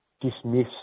dismiss